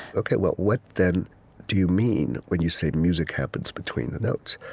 ok, well what then do you mean when you say music happens between the notes?